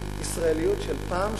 ישראליות של פעם,